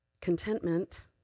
Contentment